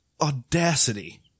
audacity